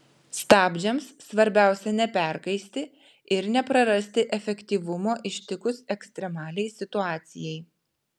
stabdžiams svarbiausia neperkaisti ir neprarasti efektyvumo ištikus ekstremaliai situacijai